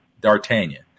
D'Artagnan